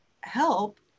help